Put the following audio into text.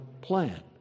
plan